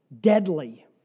deadly